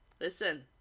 Listen